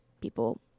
people